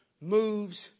moves